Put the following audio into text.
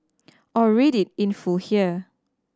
or read it in full here